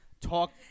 talk